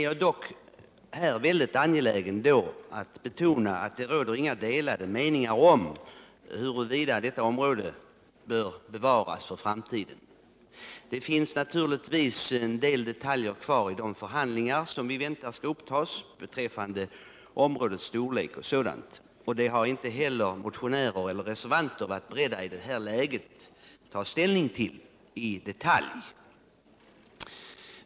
Jag är mycket angelägen om att betona att det inte råder några delade meningar om huruvida detta område bör bevaras för framtiden. Det återstår naturligtvis i de förhandlingar vi väntar skall upptas beträffande områdets storlek osv. en del detaljer, som varken motionärer eller reservanter har varit beredda att i nuvarande läge ta ställning till.